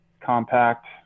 compact